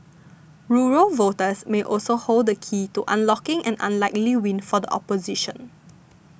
rural voters may also hold the key to unlocking an unlikely win for the opposition